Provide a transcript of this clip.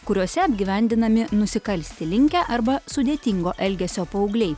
kuriuose apgyvendinami nusikalsti linkę arba sudėtingo elgesio paaugliai